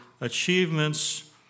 achievements